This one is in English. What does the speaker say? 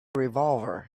revolver